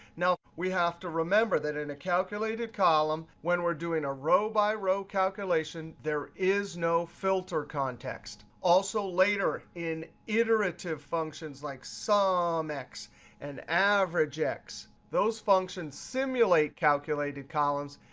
now, we have to remember that in a calculated column, when we're doing a row-by-row calculation, there is no filter context. also later in iterative functions like sumx and averagex, those functions simulate calculated columns,